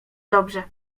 dobrze